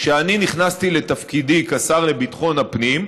כשנכנסתי לתפקידי כשר לביטחון הפנים,